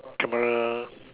camera